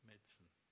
medicine